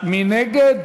מי נגד?